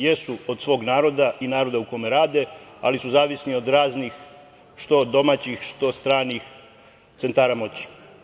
Jesu od svog naroda i naroda u kome rade, ali su zavisni od raznih što domaćih, što stranih centara moći.